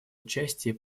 участии